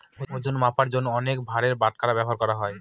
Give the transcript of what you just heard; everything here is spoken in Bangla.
ওজন মাপার জন্য অনেক ভারের বাটখারা ব্যবহার করা হয়